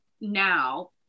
now